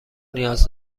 نیاز